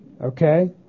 Okay